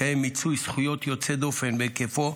התקיים מיצוי זכויות יוצא דופן בהיקפו,